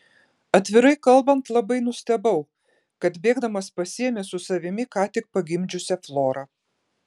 atvirai kalbant labai nustebau kad bėgdamas pasiėmė su savimi ką tik pagimdžiusią florą